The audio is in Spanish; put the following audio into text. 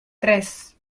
tres